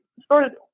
started